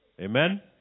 Amen